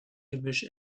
gemisch